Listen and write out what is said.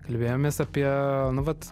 kalbėjomės apie nu vat